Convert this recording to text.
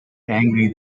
angry